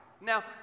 Now